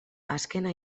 azkena